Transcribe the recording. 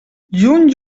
juny